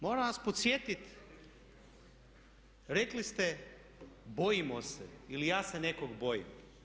Moram vas podsjetiti, rekli ste bojimo se ili ja se nekog bojim.